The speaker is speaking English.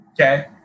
Okay